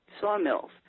sawmills